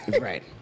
Right